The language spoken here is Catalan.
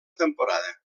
temporada